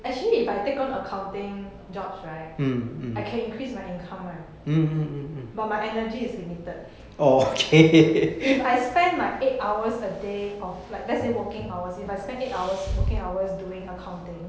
actually if I take on accounting jobs I can increase my income [one] but my energy is limited if I spend my eight hours a day of like let's say working hours if I spend eight hours working hours doing accounting